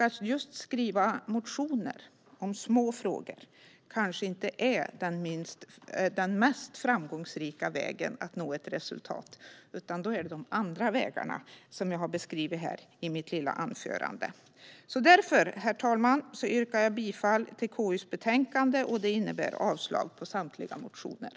Att skriva motioner om små frågor är kanske inte den mest framgångsrika vägen att nå resultat, men då finns de andra vägar som jag har beskrivit i mitt lilla anförande. Därför, herr talman, yrkar jag bifall till konstitutionsutskottets förslag och avslag på samtliga motioner.